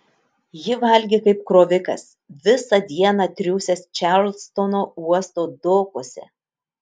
ji valgė kaip krovikas visą dieną triūsęs čarlstono uosto dokuose